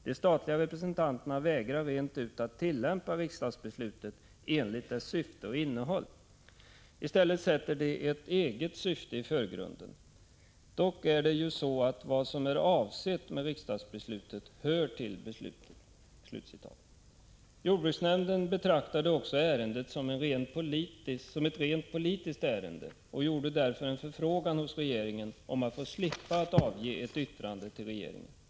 De statliga representanterna vägrar rent ut att tillämpa riksdagsbeslutet enligt dess syfte och innehåll. I stället sätter de ett eget syfte i förgrunden. Dock är det ju så att vad som var avsett med riksdagsbeslutet hör till beslutet.” Jordbruksnämnden betraktade också ärendet som ett rent politiskt ärende och gjorde därför en förfrågan hos regeringen om att få slippa att avge ett yttrande till regeringen.